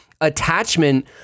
attachment